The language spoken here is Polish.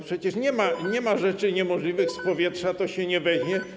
Przecież nie ma rzeczy niemożliwych, z powietrza to się nie weźmie.